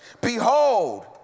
Behold